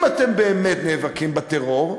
אם אתם באמת נאבקים בטרור,